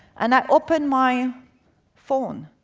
and i open my phone,